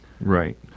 right